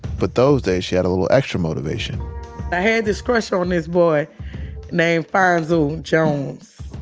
but those days she had a little extra motivation i had this crush on this boy named fonso jones.